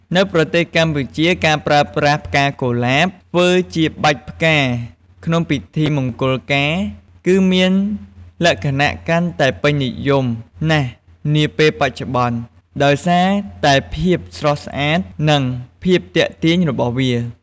នៅប្រទេសកម្ពុជា ការប្រើប្រាស់ ផ្កាកុលាប ធ្វើជាបាច់ផ្កាក្នុងពិធីមង្គលការ គឺមានលក្ខណៈកាន់តែពេញនិយមណាស់នាពេលបច្ចុប្បន្ន ដោយសារតែភាពស្រស់ស្អាត និង ភាពទាក់ទាញរបស់វា។